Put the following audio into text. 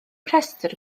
rhestr